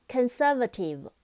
Conservative